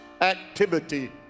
activity